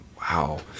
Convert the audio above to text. Wow